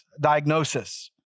diagnosis